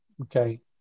okay